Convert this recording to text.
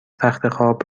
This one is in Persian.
تختخواب